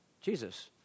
Jesus